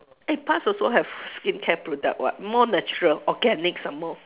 eh past also have skincare product [what] more natural organic some more